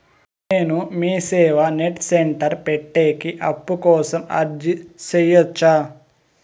నేను MeeSeva net centre పెట్టేకి అప్పు కోసం అర్జీ సేయొచ్చా?